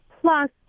Plus